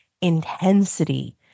intensity